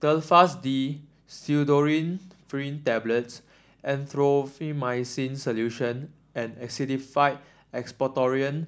Telfast D Pseudoephrine Tablets Erythroymycin Solution and Actified Expectorant